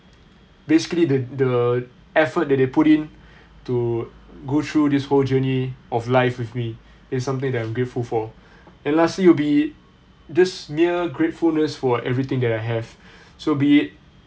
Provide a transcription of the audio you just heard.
basically the the effort that they put in to go through this whole journey of life with me it's something that I'm grateful for and lastly it'll be this near gratefulness for everything that I have so be it